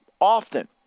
Often